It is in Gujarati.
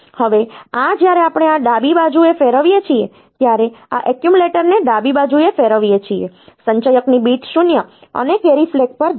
હવે આ જ્યારે આપણે આ ડાબી બાજુએ ફેરવીએ છીએ ત્યારે આ એક્યુમ્યુલેટરને ડાબી બાજુએ ફેરવીએ છીએ સંચયકની બીટ 0 અને કેરી ફ્લેગ પર જશે